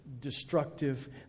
destructive